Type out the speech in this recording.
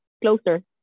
Closer